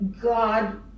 God